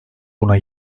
buna